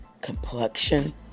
complexion